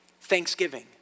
thanksgiving